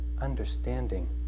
understanding